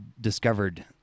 discovered